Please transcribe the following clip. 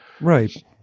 right